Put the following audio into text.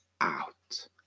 out